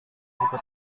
buku